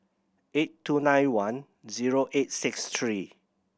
eight two nine one zero eight six three